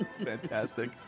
fantastic